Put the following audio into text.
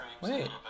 wait